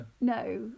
No